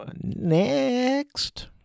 Next